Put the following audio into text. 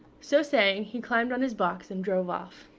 so saying he climbed on his box and drove off.